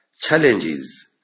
challenges